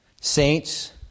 Saints